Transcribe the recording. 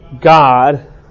God